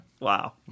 Wow